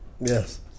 Yes